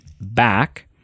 back